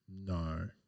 No